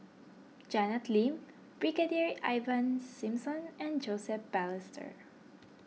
Janet Lim Brigadier Ivan Simson and Joseph Balestier